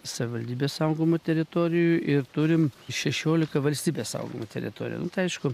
savivaldybės saugomų teritorijų ir turime šešiolika valstybės saugomų teritorijų aišku